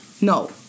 No